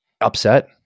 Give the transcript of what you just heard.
upset